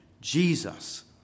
Jesus